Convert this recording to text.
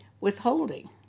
withholding